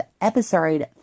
episode